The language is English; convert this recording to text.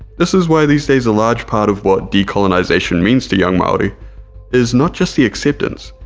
this is why these days a large part of what decolonization means to young maori is not just the acceptance,